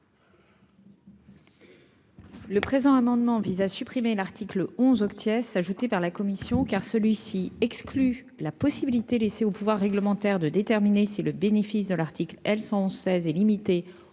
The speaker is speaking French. Le présent amendement vise à supprimer l'article 11 oct Yes par là. Commission car celui-ci exclut la possibilité laissée aux pouvoirs réglementaires de déterminer si le bénéfice de l'article L 116 et limiter